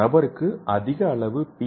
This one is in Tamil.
ஒரு நபருக்கு அதிக அளவு பி